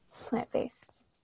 plant-based